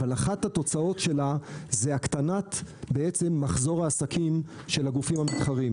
אבל אחת התוצאות שלה היא הקטנת מחזור העסקים של הגופים המתחרים.